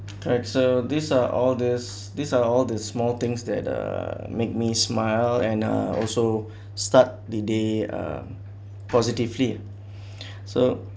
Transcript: pretzel these are orders these are all the small things that uh make me smile and uh also start the day uh positively so